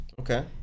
Okay